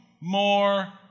more